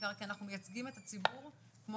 בעיקר כי אנחנו מייצגים את הציבור כמו